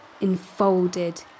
enfolded